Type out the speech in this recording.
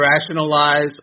rationalize